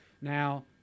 Now